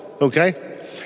Okay